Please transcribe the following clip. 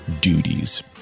duties